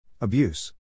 Abuse